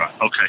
Okay